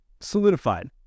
Solidified